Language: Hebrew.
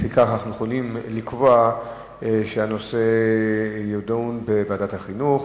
לפיכך אנחנו יכולים לקבוע שהנושא יידון בוועדת החינוך.